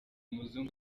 muzungu